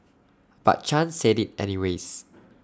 but chan said IT anyways